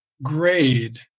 grade